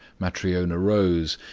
matryona rose,